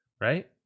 Right